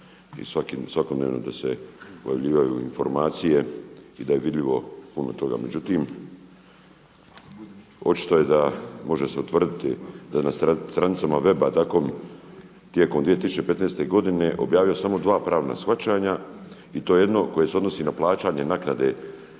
i svakodnevno da se pojavljuju informacije i da je vidljivo puno toga. Međutim očito je da može se utvrditi da na stranicama web DKOM tijekom 2015. godine objavio samo dva pravna shvaćanja i to jedno koje se odnosi na plaćanje naknade